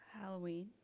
Halloween